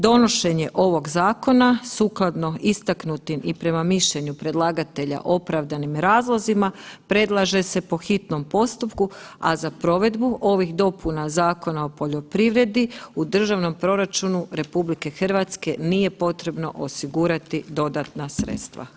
Donošenje ovog Zakona sukladno istaknutim i prema mišljenju predlagatelja opravdanim razlozima predlaže se po hitnom postupku, a za provedbu ovih dopuna Zakona o poljoprivredi, u Državnom proračunu RH nije potrebno osigurati dodatna sredstva.